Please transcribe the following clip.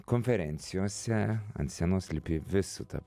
konferencijose ant scenos lipi vis su ta